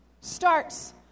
starts